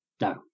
no